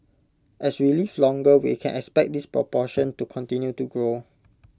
as we live longer we can expect this proportion to continue to grow